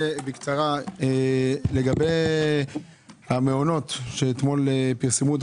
בקצרה, לגבי המעונות שאתמול פרסמו את